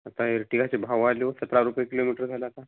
आता यर्टिगाचे भाव वाढले व सतरा रुपये किलोमीटर झाले आता